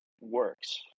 works